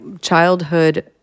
childhood